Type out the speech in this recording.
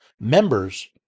members